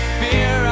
fear